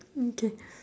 okay